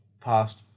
past